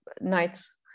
nights